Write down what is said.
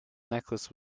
necklace